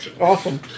Awesome